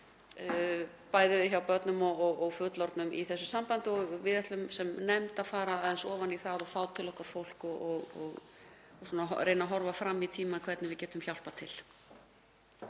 bæði hjá börnum og fullorðnum í þessu sambandi. Við ætlum sem nefnd að fara aðeins ofan í það og fá til okkar fólk og reyna að horfa fram í tímann varðandi það hvernig við getum hjálpað til.